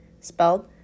spelled